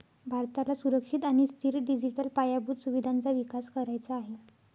भारताला सुरक्षित आणि स्थिर डिजिटल पायाभूत सुविधांचा विकास करायचा आहे